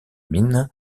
mines